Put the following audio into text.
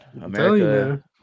America